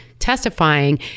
testifying